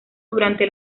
durante